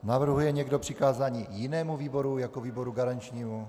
Navrhuje někdo přikázání jinému výboru jako výboru garančnímu?